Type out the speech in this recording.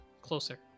closer